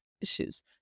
Issues